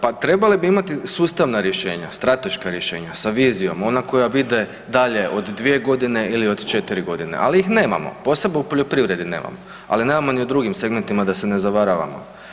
Pa trebale bi imati sustavna rješenja, strateška rješenja sa vizijom ona koja vide dalje od dvije godine ili od četiri godine, ali ih nemamo posebno u poljoprivredi nemamo, ali nemamo ni u drugim segmentima da se ne zavaravamo.